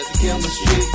chemistry